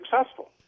successful